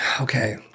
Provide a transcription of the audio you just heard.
Okay